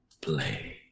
play